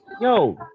Yo